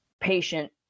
patient